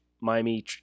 Miami